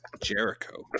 Jericho